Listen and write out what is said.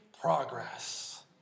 progress